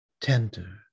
tender